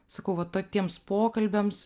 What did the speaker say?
sakau va to tiems pokalbiams